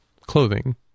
clothing